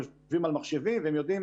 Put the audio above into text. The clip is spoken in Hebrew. הם יושבים על מחשבים והם יודעים